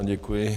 Děkuji.